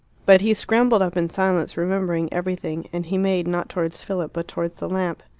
but he scrambled up in silence, remembering everything, and he made not towards philip, but towards the lamp.